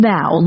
Now